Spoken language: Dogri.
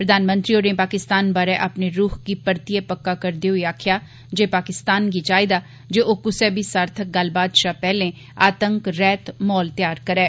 प्रधानमंत्री होरें पाकिस्तान बारे अपने रूक्ख गी परतियै पक्का करदे होई आकखेआ जे पास्तिान गी चाईदा जे ओ कुसै बी सार्थक गल्लबात शा पैहले आतंक रैह्त माहौल तैआर करै